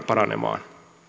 paranemaan